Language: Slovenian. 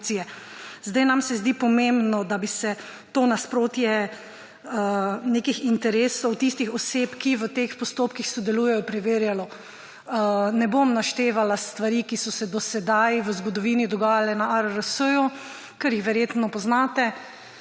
Nam se zdi pomembno, da bi se nasprotje interesov tistih oseb, ki v teh postopkih sodelujejo, preverjalo. Ne bom naštevala stvari, ki so se do sedaj v zgodovini dogajale na ARRS, ker jih verjetno poznate,